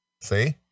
See